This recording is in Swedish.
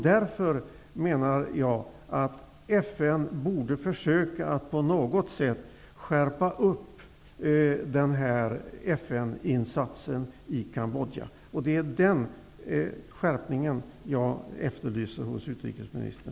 Därför menar jag att FN borde försöka skärpa insatserna i Cambodja på något sätt. Det är den skärpningen jag efterlyser.